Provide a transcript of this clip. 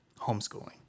homeschooling